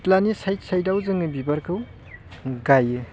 सिथ्लानि side साइडआव जों बिबारखौ गायो